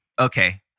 Okay